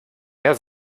mehr